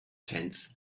tenth